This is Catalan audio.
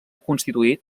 constituït